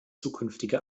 zukünftige